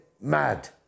mad